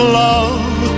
love